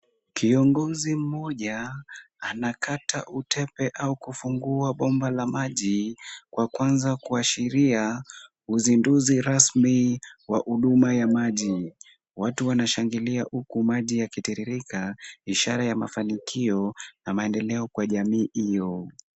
Kiongozi mmoja anakata utepe au kufungua bomba la maji kwa kwanza kuashiria uzinduzi rasmi wa huduma ya maji. Watu wanashangilia huku maji yakitiririka, ishara ya mafanikio na maendeleo kwa jamii hiyo.